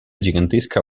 gigantesca